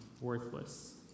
worthless